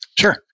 Sure